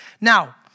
Now